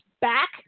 back